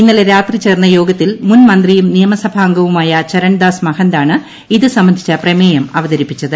ഇന്നലെ രാത്രി ചേർന്ന യോഗത്തിൽ മുൻ മന്ത്രിയും നിയമസഭാംഗവുമായ ചരൺദാസ് മഹന്ത് ആണ് ഇത് സംബന്ധിച്ച പ്രമേയം അവതരിപ്പിച്ചത്